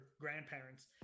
grandparents